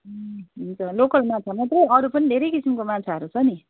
ए हुन्छ लोकल माछा मात्रै अरू पनि धेरै किसिमको माछाहरू छ नि